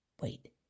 Wait